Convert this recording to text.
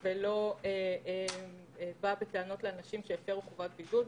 הוא לא בא בטענות לאנשים שהפרו חובת בידוד.